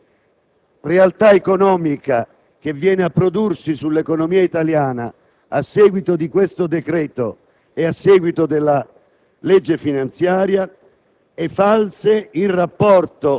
In base a quello che ho ascoltato sia in Commissione sia in Aula stamattina, questo ramo del Parlamento sta procedendo a varare un provvedimento